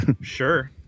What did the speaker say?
Sure